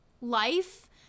life